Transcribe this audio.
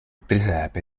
presepe